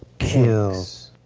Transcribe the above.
kills.